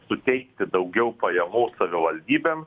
suteikti daugiau pajamų savivaldybėm